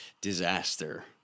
disaster